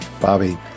bobby